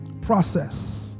Process